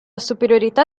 superiorità